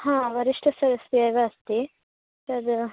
हा वरिष्ठस्तरस्य एव अस्ति तद्